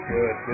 Good